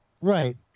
Right